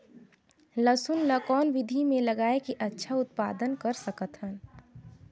लसुन ल कौन विधि मे लगाय के अच्छा उत्पादन कर सकत हन?